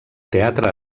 teatre